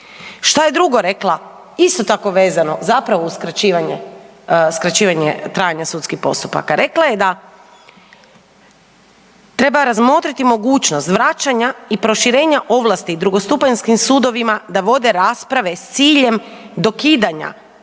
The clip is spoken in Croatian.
Šta je drugo rekla isto tako vezano zapravo uz skraćivanje, skraćivanje trajanja sudskih postupaka? Rekla je da treba razmotriti mogućnost vraćanja i proširenja ovlasti drugostupanjskim sudovima da vode rasprave s ciljem dokidanja,